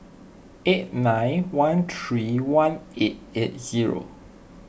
eight nine one three one eight eight zero